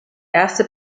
erste